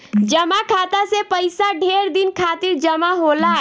जमा खाता मे पइसा ढेर दिन खातिर जमा होला